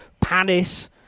Panis